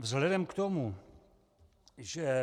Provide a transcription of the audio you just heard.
Vzhledem k tomu, že